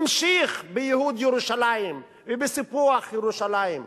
המשיך בייהוד ירושלים ובסיפוח ירושלים המזרחית,